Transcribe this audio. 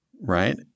right